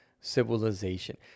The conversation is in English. civilization